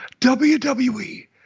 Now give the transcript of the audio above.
WWE